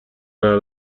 الان